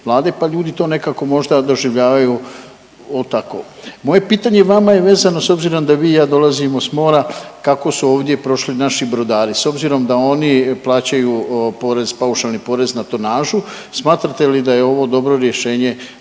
pa ljudi to nekako možda doživljavaju tako. Moje pitanje vama je vezano s obzirom da vi i ja dolazimo s mora kako su ovdje prošli naši brodari s obzirom da oni plaćaju porez, paušalni porez na tonažu smatrate li da je ovo dobro rješenje